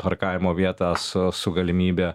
parkavimo vietą su su galimybe